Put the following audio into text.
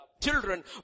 children